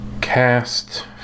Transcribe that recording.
cast